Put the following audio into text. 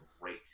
great